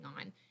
on